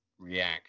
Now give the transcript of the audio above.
React